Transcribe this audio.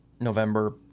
November